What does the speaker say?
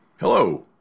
Hello